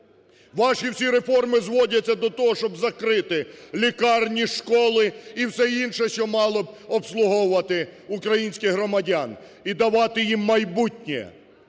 Ваші всі реформи зводяться до того, щоб закрити лікарні, школи і все інше, що мало б обслуговувати українських громадян і давати їм майбутнє.